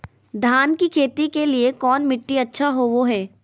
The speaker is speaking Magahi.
धान की खेती के लिए कौन मिट्टी अच्छा होबो है?